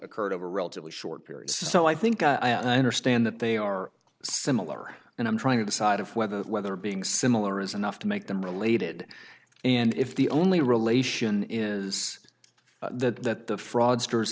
occurred over relatively short periods so i think i understand that they are similar and i'm trying to decide whether whether being similar is enough to make them related and if the only relation is that the fraudsters